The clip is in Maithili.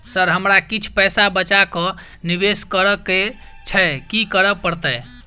सर हमरा किछ पैसा बचा कऽ निवेश करऽ केँ छैय की करऽ परतै?